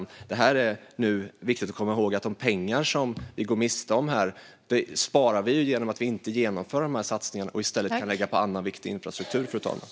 När det gäller de pengar som vi går miste om här är det viktigt att komma ihåg att vi sparar pengar genom att vi inte gör de här satsningarna och i stället kan lägga pengarna på annan viktig infrastruktur, fru talman.